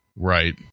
right